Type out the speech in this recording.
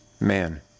man